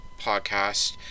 podcast